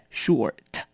short